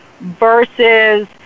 versus